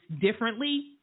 differently